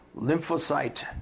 lymphocyte